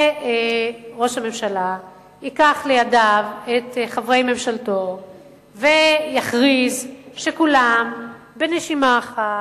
שראש הממשלה ייקח לידיו את חברי ממשלתו ויכריז שכולם בנשימה אחת,